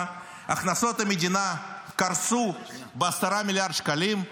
הכנסות המדינה קרסו ב-10 מיליארד שקלים?